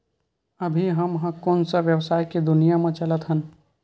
अभी हम ह कोन सा व्यवसाय के दुनिया म चलत हन?